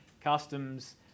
customs